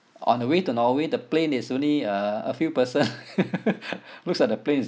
on the way to norway the plane is only uh a few person looks like the plane is